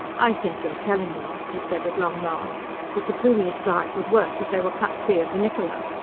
i think you are telling me, he said at long last, that the plumies' drive would work if they were cut free of the niccola.